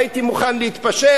והייתי מוכן להתפשר,